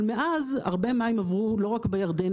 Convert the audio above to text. אבל מאז הרבה מים עברו לא רק בירדן,